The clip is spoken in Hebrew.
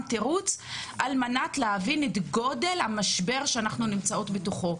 על מנת להבין את גודל המשבר שאנחנו נמצאות בתוכו.